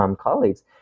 colleagues